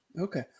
Okay